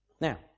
Now